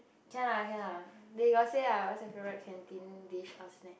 can lah can lah they got say lah what's your favourite canteen dish or snack